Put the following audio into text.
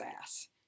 ass